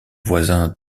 voisins